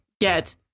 get